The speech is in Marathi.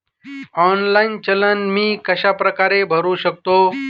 ऑनलाईन चलन मी कशाप्रकारे भरु शकतो?